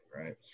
right